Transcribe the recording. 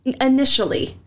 initially